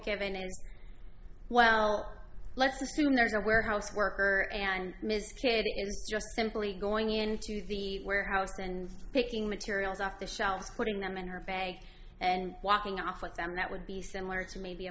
given well let's assume there's a warehouse worker and mistreated just simply going into the warehouse and picking materials off the shelves putting them in her bag and walking off with them that would be similar to maybe a